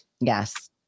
Yes